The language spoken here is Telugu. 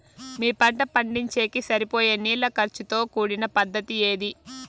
మీ పంట పండించేకి సరిపోయే నీళ్ల ఖర్చు తో కూడిన పద్ధతి ఏది?